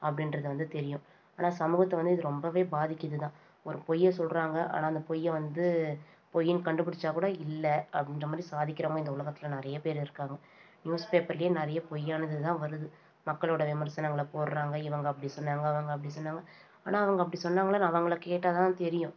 அப்படின்றது வந்து தெரியும் ஆனால் சமூகத்தை வந்து இது ரொம்பவே பாதிக்கிறது தான் ஒரு பொய்யை சொல்லுறாங்க ஆனால் அந்த பொய்யை வந்து பொய்யின்னு கண்டுபிடிச்சா கூட இல்லை அப்படின்ற மாதிரி சாதிக்கிறவங்க இந்த உலகத்தில் நிறைய பேர் இருக்காங்க நியூஸ்பேப்பர்லையே நிறைய பொய்யானதுதான் வருது மக்களோடய விமர்சனங்களை போடுறாங்க இவங்க அப்படி சொன்னாங்க அவங்க அப்படி சொன்னாங்க ஆனால் அவங்க அப்படி சொன்னாங்களான்னு அவங்களை கேட்டால்தான் தெரியும்